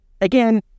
again